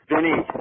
Vinny